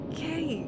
Okay